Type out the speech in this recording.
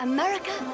America